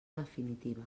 definitiva